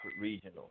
regional